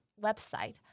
website